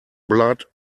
blood